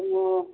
दङ